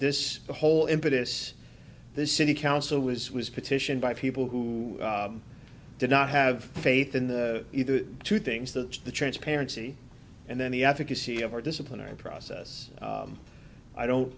this whole impetus this city council was was a petition by people who did not have faith in the two things that the transparency and then the advocacy of our disciplinary process i don't